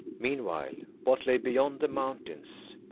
meanwhile what lay beyond the mountains?